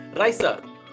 Raisa